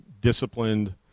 disciplined